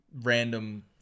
random